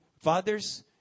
Fathers